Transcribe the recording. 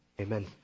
Amen